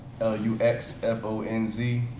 L-U-X-F-O-N-Z